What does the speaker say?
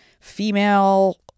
female